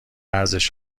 ارزش